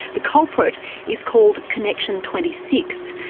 the culprit is called connexin twenty six.